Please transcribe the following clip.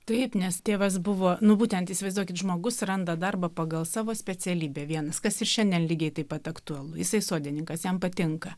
taip nes tėvas buvo nu būtent įsivaizduokit žmogus randa darbą pagal savo specialybę vienas kas ir šiandien lygiai taip pat aktualu jisai sodininkas jam patinka